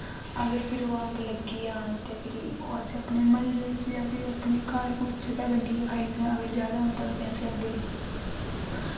अगर फिर ओह् अम्ब लग्गी जान ते फिरा ओह् असें अपने म्हल्ले च जां फिर अपने घर घुर च गै बंडियैं खाई लैन्ने अगर ज्यादा होन ते उं'दे असेंं अग्गै